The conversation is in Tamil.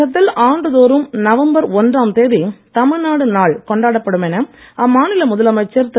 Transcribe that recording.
தமிழகத்தில் ஆண்டுதோறும் நவம்பர் ஒன்றாம் தேதி தமிழ்நாடு நாள் கொண்டாடப்படும் என அம்மாநில முதலமைச்சர் திரு